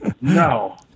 no